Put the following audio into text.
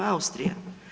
Austrija.